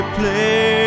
play